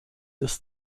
des